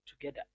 together